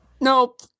Nope